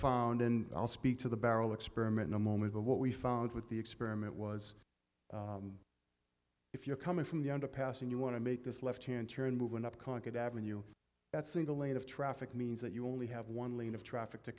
found in i'll speak to the barrel experiment in a moment but what we found with the experiment was if you're coming from the underpass and you want to make this left hand turn movement up concord avenue that single lane of traffic means that you only have one lane of traffic to